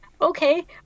okay